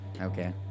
Okay